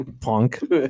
punk